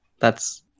That's-